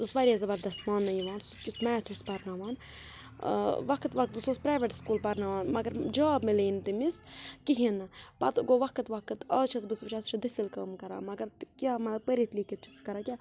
بہٕ اوسُس واریاہ زَبردست مانٛنہٕ یِوان سُہ کیُتھ میتھ اوس پَرناوان وقت وقت یُس اَسہِ پرایویٹ سکوٗل پَرناوان مگر جاب میلے نہٕ تٔمِس کِہیٖنۍ نہٕ پَتہٕ گوٚو وقت وقت آز چھَس بہٕ وٕچھان سُہ چھُ دٔسِل کٲم کَران مگر کیٛاہ مطلب پٔرِتھ لیٖکھِتھ چھِ سُہ کَران کیٛاہ